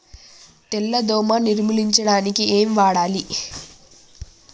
తెల్ల దోమ నిర్ములించడానికి ఏం వాడాలి?